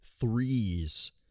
threes